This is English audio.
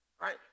right